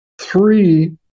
Three